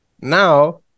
now